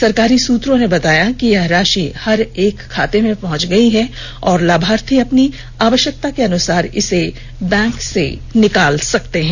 सरकारी सूत्रों ने बताया कि यह राशि हर एक खाते में पहंच गई है और लाभार्थी अपनी आवश्यकता के अनुसार इसे बैंक से निकाल सकते हैं